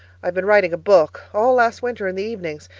i've been writing a book, all last winter in the evenings,